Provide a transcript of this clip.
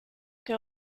que